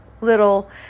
little